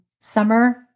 summer